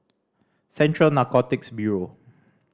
Central Narcotics Bureau